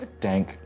dank